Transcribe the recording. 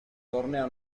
torneo